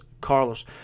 Carlos